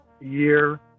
year